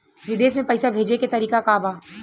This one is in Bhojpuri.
विदेश में पैसा भेजे के तरीका का बा?